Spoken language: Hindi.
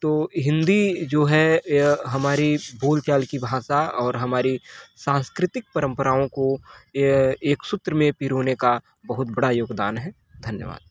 तो हिंदी जो है हमारी बोलचाल की भाषा और हमारी सांस्कृतिक परंपराओं को अ एक सूत्र में पिरोने का बहुत बड़ा योगदान है धन्यवाद